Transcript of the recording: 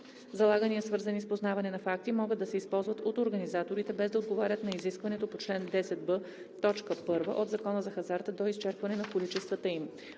залагания, свързани с познаване на факти, могат да се използват от организаторите и без да отговарят на изискването по чл. 10б, т. 1 от Закона за хазарта, до изчерпване на количествата им.